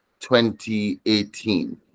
2018